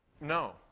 No